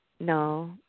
No